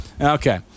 okay